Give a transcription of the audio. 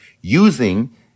using